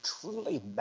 truly